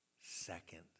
second